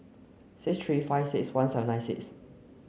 six three five six one seven nine six